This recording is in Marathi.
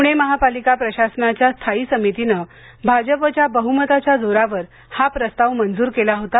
प्णे महापालिका प्रशासनाच्या स्थायी समितीने भाजपच्या बहमताच्या जोरावर हा प्रस्ताव मंजूर केला होता